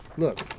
look.